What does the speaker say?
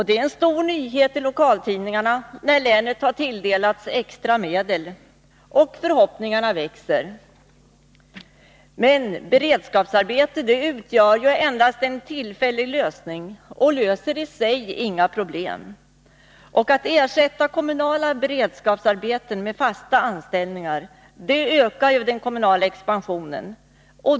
Det är en stor nyhet i lokaltidningarna när länet har tilldelats extra medel, och förhoppningarna växer. Men beredskapsarbete utgör endast en tillfällig lösning och löser i sig inga problem. Att ersätta kommunala beredskapsarbeten med fasta anställningar ökar ju den kommunala expansionen.